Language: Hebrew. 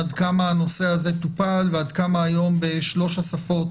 עד כמה הנושא הזה טופל ועד כמה היום בשלושת השפות,